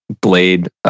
Blade